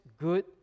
good